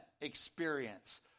experience